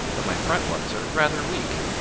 but my front ones are rather weak.